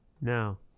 Now